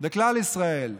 בכלל ישראל: